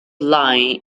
lie